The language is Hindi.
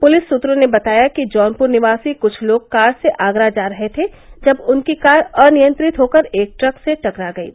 पुलिस सूत्रों ने बताया कि जौनपुर निवासी कुछ लोग कार से आगरा जा रहे थे जब उनकी कार अनियंत्रित होकर एक ट्रक से टकरा गयी